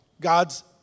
God's